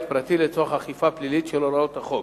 פרטי לצורך אכיפה פלילית של הוראות החוק.